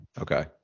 Okay